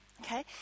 Okay